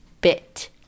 bit